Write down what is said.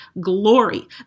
glory